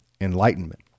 enlightenment